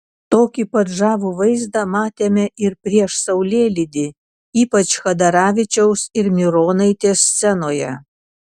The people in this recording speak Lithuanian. tokį pat žavų vaizdą matėme ir prieš saulėlydį ypač chadaravičiaus ir mironaitės scenoje